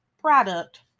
product